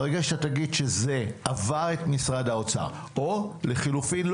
ברגע שאתה תגיד שזה עבר את משרד האוצר או לחלופין,